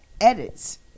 edits